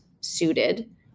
suited